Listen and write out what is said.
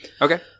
Okay